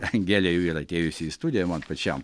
angelė jau yra atėjusi į studiją man pačiam